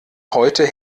heute